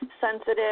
sensitive